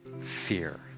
fear